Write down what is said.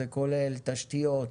זה כולל תשתיות,